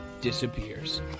disappears